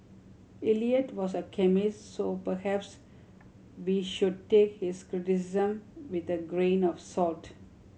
Eliot was a chemist so perhaps we should take his criticism with a grain of salt